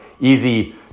easy